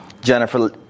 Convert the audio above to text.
jennifer